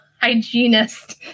hygienist